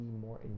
more